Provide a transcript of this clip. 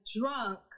drunk